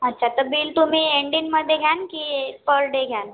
अच्छा तर बिल तुम्ही एंडिंगमध्ये घ्याल की पर डे घ्याल